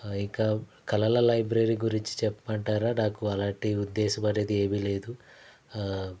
ఇంక కలల లైబ్రరీ గురించి చెప్పమంటారా నాకు అలాంటి ఉద్దేశం అనేది ఏమీ లేదు